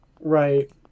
Right